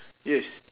yes